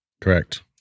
Correct